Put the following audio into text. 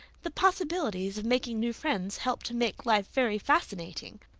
the possibilities of making new friends help to make life very fascinating.